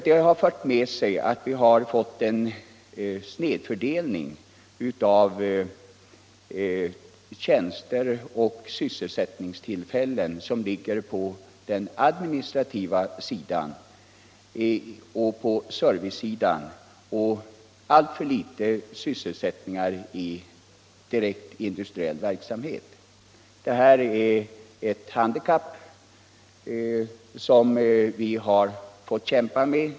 Det har fört med sig att vi har fått en snedfördelning av tjänster och sysselsättningstillfällen. Tonvikten ligger på den administrativa sidan och på servicesidan, men det finns alltför liten sysselsättning i direkt industriell verksamhet. Det här är ett handikapp, som vi har fått kämpa med.